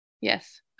Yes